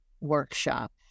workshop